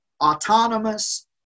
autonomous